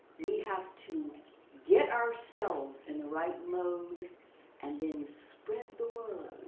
we have to get ourselves in the right mode and then spread the word